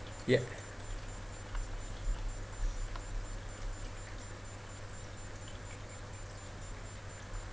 ya